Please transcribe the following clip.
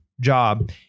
job